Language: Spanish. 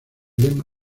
lema